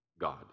God